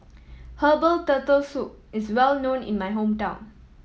herbal Turtle Soup is well known in my hometown